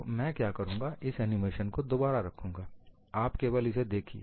तो मैं क्या करूंगा इस एनिमेशन को दोबारा रखूंगा आप केवल इसे देखिए